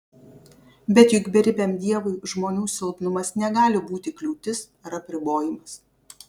bet juk beribiam dievui žmonių silpnumas negali būti kliūtis ar apribojimas